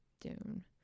Dune